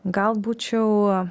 gal būčiau